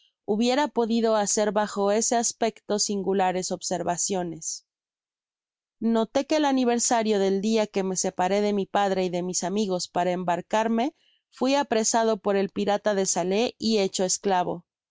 hubiera podido haser bajo ese aspecto singulares observaciones noté que el aniversario del dia que me separé de mi padre y de mis amigos para embarcarme fui apresado por el pirata de salé y hecho esclavo